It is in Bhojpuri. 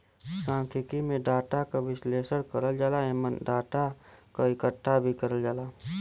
सांख्यिकी में डाटा क विश्लेषण करल जाला एमन डाटा क इकठ्ठा भी करल जाला